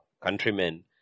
countrymen